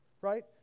Right